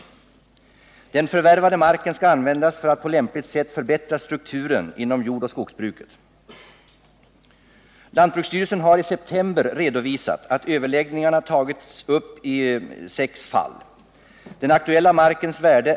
På den förra regeringens initiativ har också förhandlingar upptagits mellan domänverket och lantbruksstyrelsen om en samlad försäljning av domänverksmark i strukturrationaliseringssyfte.